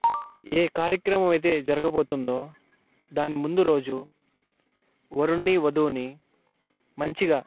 ఏ కార్యక్రమం అయితే జరగబోతుందో దాని ముందు రోజు వరుడిని వధువుని మంచిగా